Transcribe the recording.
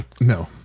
No